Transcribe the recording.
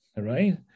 right